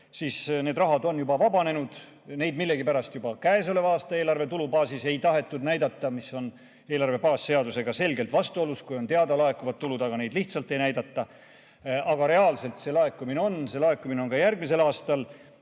Need rahad on juba vabanenud. Neid millegipärast käesoleva aasta eelarve tulubaasis ei tahetud näidata, mis on eelarve baasseadusega selgelt vastuolus, kui on teada laekuvad tulud. Neid lihtsalt ei näidata. Aga reaalselt see laekumine on ja see laekumine on ka järgmisel aastal.